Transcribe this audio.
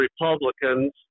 Republicans